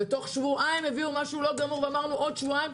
תוך שבועיים הביאו משהו לא גמור ואמרנו: עוד שבועיים.